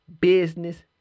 business